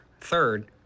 third